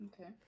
Okay